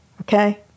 Okay